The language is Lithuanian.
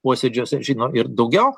posėdžiuose žino ir daugiau